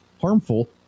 harmful